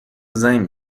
زنگ